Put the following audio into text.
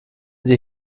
sie